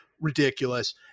ridiculous